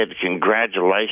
Congratulations